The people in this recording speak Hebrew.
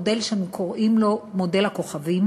מודל שאנו קוראים לו "מודל הכוכבים"